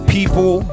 People